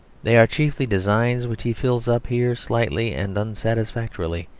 they are chiefly designs which he fills up here slightly and unsatisfactorily,